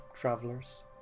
travelers